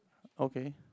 okay